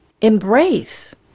embrace